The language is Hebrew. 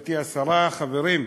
מכובדתי השרה, חברים,